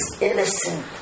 innocent